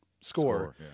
Score